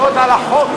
עבירות על החוק.